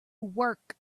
work